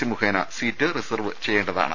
C വഴി seat reserve ചെയ്യേണ്ടതാണ്